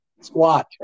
Squat